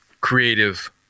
creative